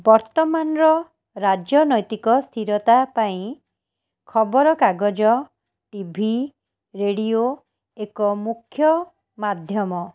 ବର୍ତ୍ତମାନର ରାଜନୈତିକ ସ୍ଥିରତା ପାଇଁ ଖବରକାଗଜ ଟି ଭି ରେଡ଼ିଓ ଏକ ମୁଖ୍ୟମାଧ୍ୟମ